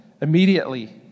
Immediately